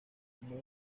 común